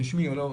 רשמי או לא,